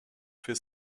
für